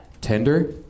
Tender